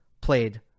played